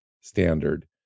standard